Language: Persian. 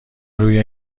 روی